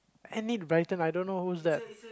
Enid-Blyton I don't know who's that